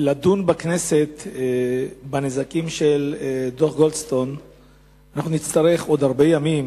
לדון בכנסת בנזקים של דוח גולדסטון נצטרך עוד הרבה ימים